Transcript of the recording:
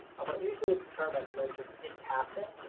ah but usually the term is mentioned in passing,